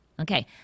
Okay